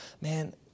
man